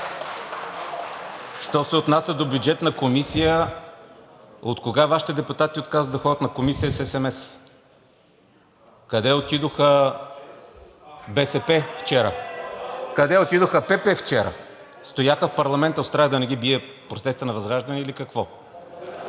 Що се отнася до Бюджетната комисия. Откога Вашите депутати отказват да ходят на Комисия с есемес? Къде отидоха БСП вчера? Къде отидоха ПП вчера? Стояха в парламента от страх да не ги бият на протеста на ВЪЗРАЖДАНЕ, или какво?!